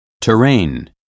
Terrain